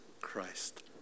Christ